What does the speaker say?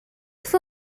fue